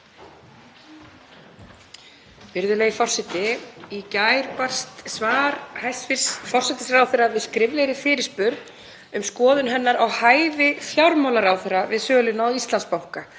Virðulegi forseti. Í gær barst svar hæstv. forsætisráðherra við skriflegri fyrirspurn um skoðun hennar á hæfi fjármálaráðherra við söluna á Íslandsbanka